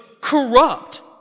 corrupt